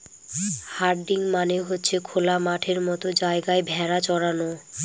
herding মানে হচ্ছে খোলা মাঠের মতো জায়গায় ভেড়া চরানো